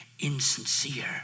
insincere